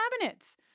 cabinets